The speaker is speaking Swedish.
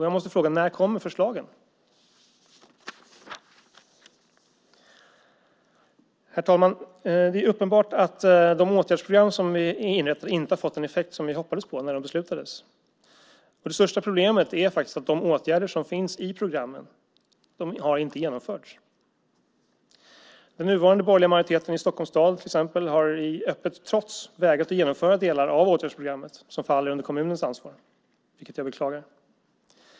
Jag måste fråga: När kommer förslagen? Herr talman! Det är uppenbart att de åtgärdsprogram som är inrättade inte fått den effekt som vi hoppades när de beslutades. Det största problemet är att de åtgärder som finns i programmen inte har genomförts. Exempelvis har den nuvarande borgerliga majoriteten i Stockholms stad i öppet trots vägrat att genomföra delar av det åtgärdsprogram som faller under kommunens ansvar, vilket jag beklagar.